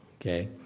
Okay